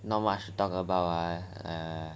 not much to talk about ah err